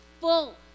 full